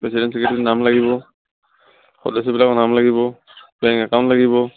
president secretary নাম লাগিব সদস্য়াবিলাকৰ নাম লাগিব বেংক একাউণ্ট লাগিব